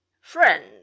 friend